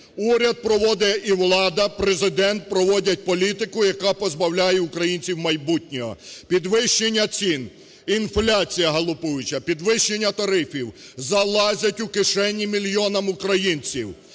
Уряд проводить, і влада, Президент, проводять політику, яка позбавляє українців майбутнього. Підвищення цін, інфляція галопуюча, підвищення тарифів, залазять у кишені мільйонам українців.